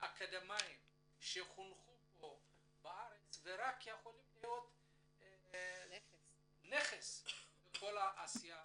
אקדמאים שחונכו בארץ ורק יכולים להיות נכס לכל העשייה.